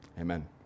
Amen